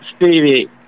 Stevie